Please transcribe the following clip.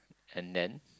and then